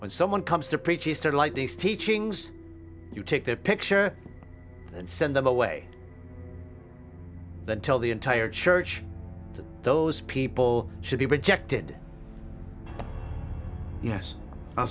when someone comes to preach the starlight these teachings you take their picture and send them away until the entire church those people should be rejected yes i'll